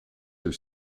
are